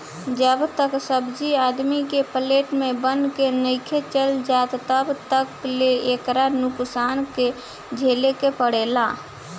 जब तक सब्जी आदमी के प्लेट में बन के नइखे चल जात तब तक ले एकरा नुकसान के झेले के पड़ेला